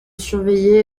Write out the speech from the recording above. surveiller